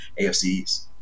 AFCs